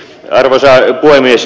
arvoisa puhemies